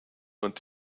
und